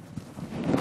בבקשה.